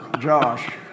Josh